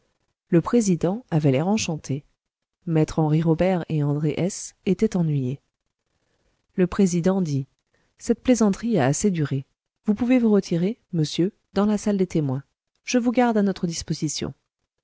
le président avait l'air enchanté mes henri robert et andré hesse étaient ennuyés le président dit cette plaisanterie a assez duré vous pouvez vous retirer monsieur dans la salle des témoins je vous garde à notre disposition